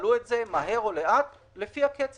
ימלאו את זה מהר או לאט, לפי הקצב